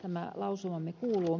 tämä lausumamme kuuluu